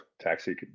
taxi